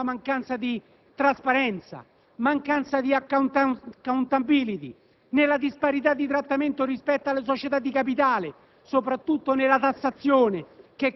Dove è lo scandalo? Nella mancanza di trasparenza, di *accountability*, nella disparità di trattamento rispetto alle società di capitali,